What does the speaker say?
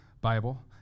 Bible